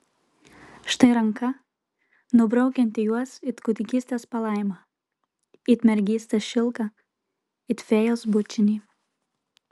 štai ranka nubraukianti juos it kūdikystės palaimą it mergystės šilką it fėjos bučinį